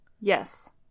Yes